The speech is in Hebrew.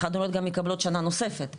חד-הוריות גם מקבלות שנה נוספת.